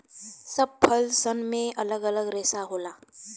सब फल सन मे अलग अलग रेसा होला